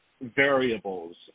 variables